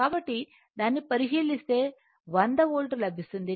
కాబట్టి దాన్ని పరిశీలిస్తే 100 వోల్ట్ లభిస్తుంది